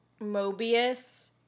Mobius